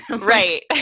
Right